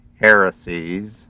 heresies